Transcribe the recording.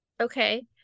Okay